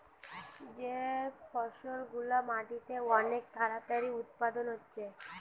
যে ফসল গুলা মাটিতে অনেক তাড়াতাড়ি উৎপাদন হচ্ছে